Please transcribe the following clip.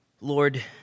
Lord